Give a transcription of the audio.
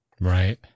Right